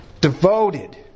Devoted